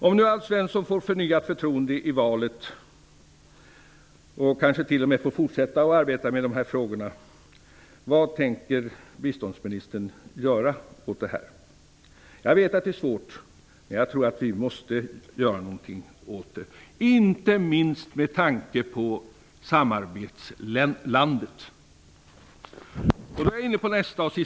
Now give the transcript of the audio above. Om nu Alf Svensson får förnyat förtroende i valet och kanske får fortsätta att arbeta med dessa frågor, vad tänker han då göra åt detta? Jag vet att det är svårt, men jag tror att vi måste göra något, inte minst med tanke på samarbetslandet.